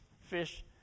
fish